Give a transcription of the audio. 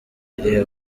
irihe